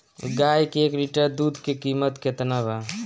गाय के एक लीटर दूध के कीमत केतना बा?